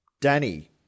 Danny